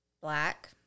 black